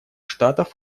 штатов